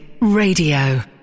Radio